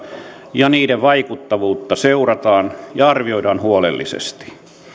ja niiden vaikuttavuutta seurataan ja arvioidaan huolellisesti